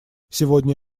сегодня